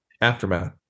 aftermath